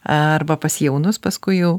arba pas jaunus paskui jau